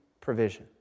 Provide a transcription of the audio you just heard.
provision